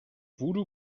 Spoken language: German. voodoo